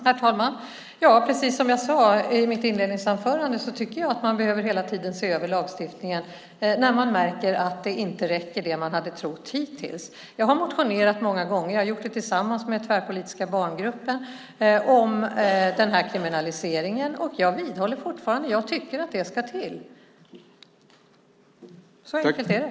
Herr talman! Precis som jag sade i mitt inledningsanförande behöver man hela tiden se över lagstiftningen när man märker att det man trott hittills inte räcker. Jag har väckt motioner många gånger, och jag har gjort det tillsammans med tvärpolitiska barngruppen, om kriminaliseringen. Jag vidhåller fortfarande att jag tycker att det ska till. Så enkelt är det.